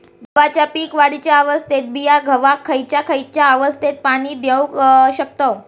गव्हाच्या पीक वाढीच्या अवस्थेत मिया गव्हाक खैयचा खैयचा अवस्थेत पाणी देउक शकताव?